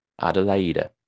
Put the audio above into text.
Adelaide